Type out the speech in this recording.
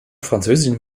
französischen